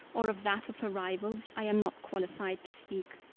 or of that of her rivals, i am not qualified to speak.